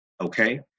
okay